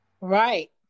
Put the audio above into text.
right